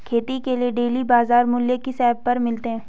खेती के डेली बाज़ार मूल्य किस ऐप पर मिलते हैं?